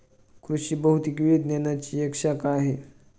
कृषि भौतिकी विज्ञानची एक शाखा आहे